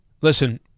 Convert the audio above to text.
listen